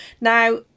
Now